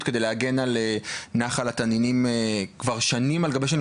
כדי להגן על נחל תנינים כבר שנים על גבי שנים.